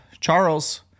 Charles